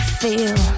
feel